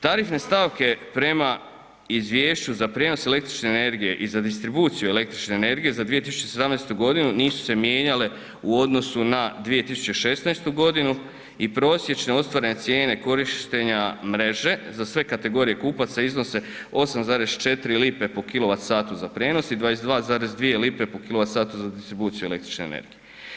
Tarifne stavke prema izvješću za prijenos električne energije i za distribuciju električne energije za 2017. godinu nisu se mijenjale u odnosu na 2016. godinu i prosječno ostvarene cijene korištenja mreže za sve kategorije kupaca iznose 8,4 lipe po kW za prijenos i 22,2 po kW za distribuciju električne energije.